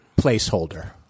placeholder